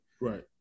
Right